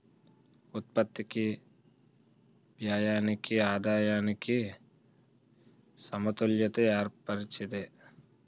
ఉత్పత్తికి వ్యయానికి ఆదాయానికి సమతుల్యత ఏర్పరిచేది